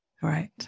Right